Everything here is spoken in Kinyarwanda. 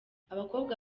abakobwa